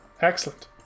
excellent